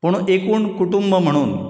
पूण एकूण कुटूंब म्हणून